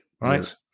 right